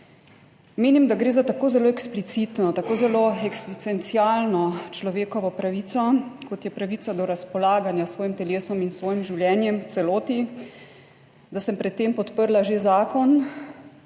Menim, da gre za tako zelo eksplicitno, tako zelo eksistencialno človekovo pravico, kot je pravica do razpolaganja s svojim telesom in s svojim življenjem v celoti, da sem pred tem podprla že zakon